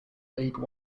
league